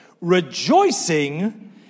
rejoicing